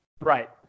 Right